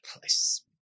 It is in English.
place